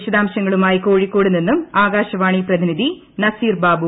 വിശദാംശങ്ങളുമായി കോഴിക്കോട് നിന്നും ആകാശവാണി പ്രതിനിധി നസീർ ബാബു